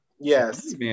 yes